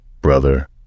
brother